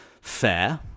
Fair